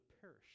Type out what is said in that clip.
perish